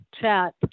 chat